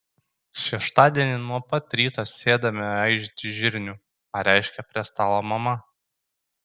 šeštadienį nuo pat ryto sėdame aižyti žirnių pareiškė prie stalo mama